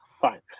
fine